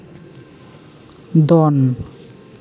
ᱫᱚᱱ